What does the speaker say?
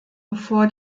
bevor